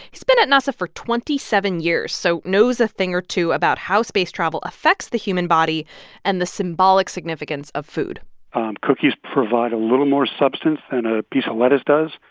he's been at nasa for twenty seven years so knows a thing or two about how space travel affects the human body and the symbolic significance of food um cookies provide a little more substance than a piece of lettuce does.